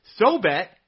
SoBet